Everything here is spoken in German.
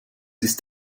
ist